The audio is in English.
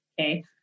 Okay